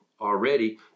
already